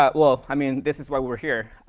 ah well, i mean, this is why we're here.